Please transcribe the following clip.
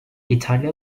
i̇talya